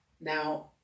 Now